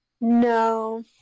no